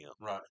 Right